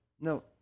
no